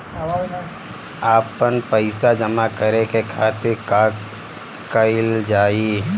आपन पइसा जमा करे के खातिर का कइल जाइ?